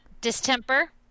Distemper